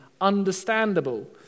understandable